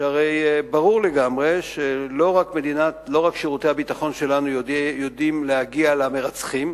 הרי ברור לגמרי שלא רק שירותי הביטחון שלנו יודעים להגיע למרצחים,